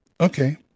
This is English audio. Okay